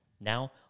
Now